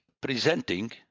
presenting